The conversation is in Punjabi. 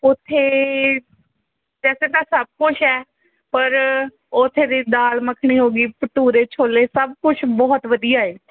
ਉੱਥੇ ਵੈਸੇ ਤਾਂ ਸਭ ਕੁਝ ਹੈ ਪਰ ਉੱਥੇ ਦੀ ਦਾਲ ਮਖਣੀ ਹੋਗਈ ਭਟੂਰੇ ਛੋਲੇ ਸਭ ਕੁਝ ਬਹੁਤ ਵਧੀਆ ਏ